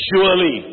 Surely